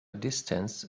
distance